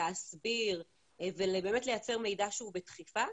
להסביר ובאמת לייצר מידע שהוא בדחיפה,